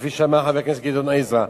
כפי שאמר חבר הכנסת גדעון עזרא,